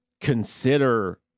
consider